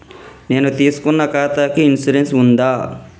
నేను తీసుకున్న ఖాతాకి ఇన్సూరెన్స్ ఉందా?